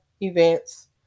events